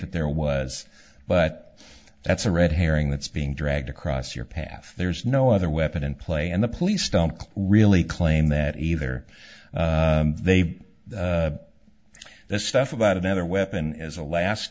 that there was but that's a red herring that's being dragged across your path there's no other weapon in play and the police don't really claim that either they this stuff about another weapon as a last